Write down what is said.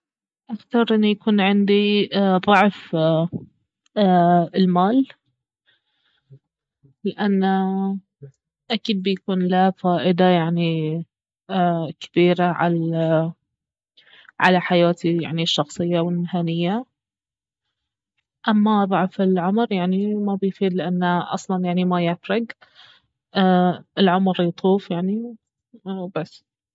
اختار اني يكون عندي ضعف المال لانه اكيد بيكون له فائدة يعني كبيرة على حياتي يعني الشخصية والمهنية اما ضعف العمر يعني ما بيفيد لانه أصلا يعني ما يفرق العمر يطوف يعني وبس